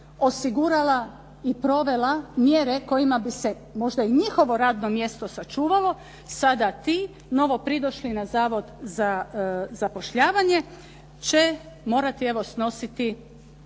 osigurala i provela mjere kojima bi se možda i njihovo radno mjesto sačuvalo sada ti novi pridošli na Zavod za zapošljavanje će morati evo snositi